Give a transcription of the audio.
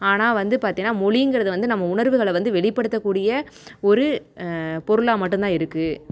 ஆனால் வந்து பார்த்தினா மொழிங்கிறது வந்து நம்ம உணர்வுகளை வந்து வெளிப்படுத்தக்கூடிய ஒரு பொருளாக மட்டுந்தான் இருக்குது